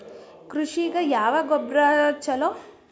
ಕೃಷಿಗ ಯಾವ ಗೊಬ್ರಾ ಛಲೋ?